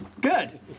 Good